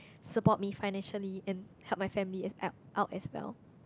support me financially and help my family as at out as well